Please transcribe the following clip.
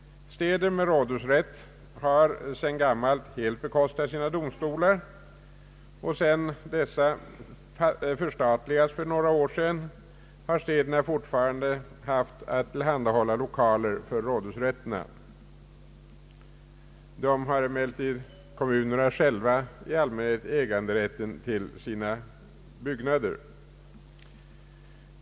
Städer med rådhusrätt har sedan gammalt helt bekostat sina domstolar, och sedan dessa förstatligats för några år sedan har städerna fortfarande haft att tillhandahålla lokaler för rådhusrätterna. Där har emellertid kommunerna själva i allmänhet äganderätten till sina byggnader.